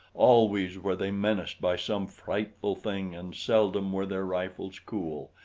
always were they menaced by some frightful thing and seldom were their rifles cool,